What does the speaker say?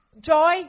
Joy